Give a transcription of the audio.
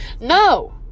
no